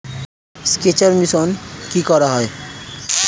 সেকচার মেশিন কি করা হয়?